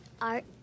Art